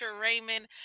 Raymond